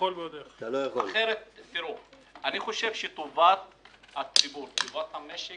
אני חושב שטובת הציבור, טובת המשק